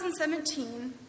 2017